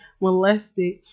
molested